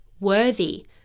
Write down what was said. worthy